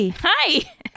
Hi